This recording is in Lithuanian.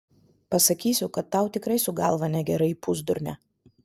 pasakysiu kad tau tikrai su galva negerai pusdurne